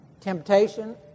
Temptation